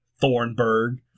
Thornburg